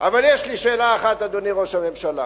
אבל יש לי שאלה אחת, אדוני ראש הממשלה: